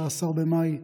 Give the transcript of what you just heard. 13 במאי,